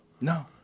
No